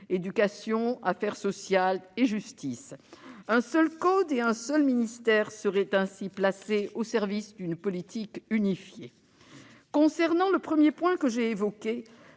éducation, affaires sociales et justice. Un seul code et un seul ministère permettraient ainsi de mener une politique unifiée. Sur le premier point que j'ai évoqué,